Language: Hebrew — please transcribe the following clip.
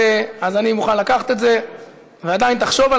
אני מקבל את זה שלא הסברת את עצמך,